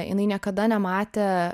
jinai niekada nematė